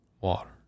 water